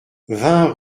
vingt